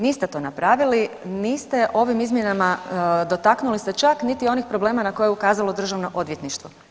Niste to napravili, niste ovim izmjenama dotaknuli se čak niti onih problema na koje je ukazalo državno odvjetništvo.